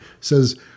Says